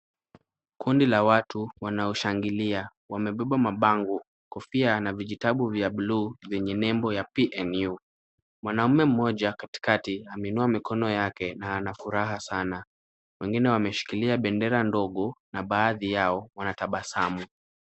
Kundi la watu wanaoshangilia, wamebeba mabango, kofia na vijitabu vya buluu vyenye nembo ya PNU . Mwanaume mmoja katikati ameinua mikono yake na anafuraha sana. Wengine wameshikilia bendera ndogo na baadhi yao wanatabasamu.